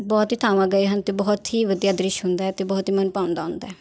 ਬਹੁਤ ਹੀ ਥਾਵਾਂ ਗਏ ਹਨ ਅਤੇ ਬਹੁਤ ਹੀ ਵਧੀਆ ਦ੍ਰਿਸ਼ ਹੁੰਦਾ ਹੈ ਅਤੇ ਬਹੁਤ ਹੀ ਮਨ ਭਾਉਂਦਾ ਹੁੰਦਾ